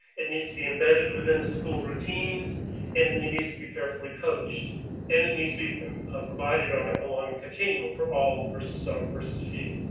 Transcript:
it needs to be embedded within the school routines and it needs to be carefully coached and it needs to be provided on it along a continuum for all. versus sort of versus few.